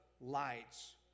lights